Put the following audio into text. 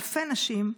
אלפי נשים,